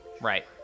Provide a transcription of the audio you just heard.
Right